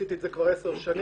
עשיתי את זה בכל העשור האחרון,